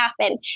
happen